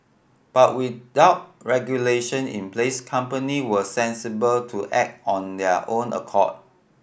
but without regulation in place company were sensible to act on their own accord